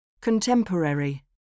Contemporary